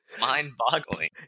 Mind-boggling